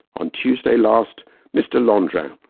on tuesday last mr. landrin,